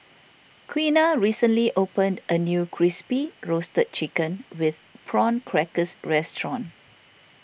Quiana recently opened a new Crispy Roasted Chicken with Prawn Crackers restaurant